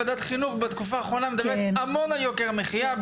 ועדת החינוך בתקופה האחרונה מדברת המון על יוקר המחיה,